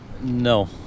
no